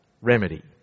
remedy